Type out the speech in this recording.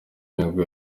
mihigo